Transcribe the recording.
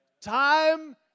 Time